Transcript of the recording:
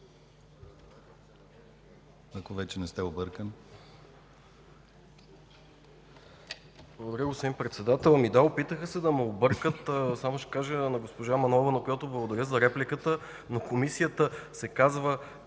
ако вече не сте объркан.